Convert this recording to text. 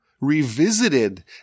revisited